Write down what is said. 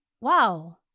wow